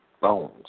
bones